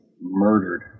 murdered